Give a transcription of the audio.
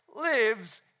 lives